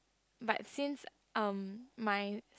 but since um my